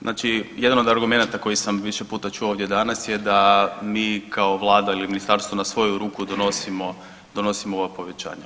Znači jedan od argumenata koji sam više puta čuo ovdje danas je da mi kao vlada ili ministarstvo na svoju ruku donosimo ova povećanja.